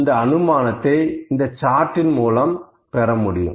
இந்த அனுமானத்தை இந்தச் சார்ட் மூலம் பெறமுடியும்